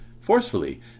forcefully